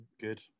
Good